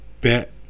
bet